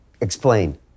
Explain